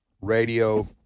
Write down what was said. radio